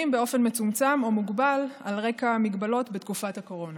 באופן מצומצם או מוגבל על רקע ההגבלות בתקופת ההכרזה